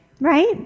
Right